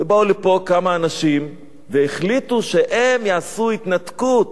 ובאו לפה כמה אנשים והחליטו שהם יעשו התנתקות.